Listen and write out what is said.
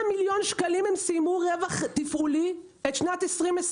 הם סיימו עם רווח תפעולי של 100 מיליון שקלים את שנת 2020